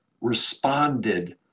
responded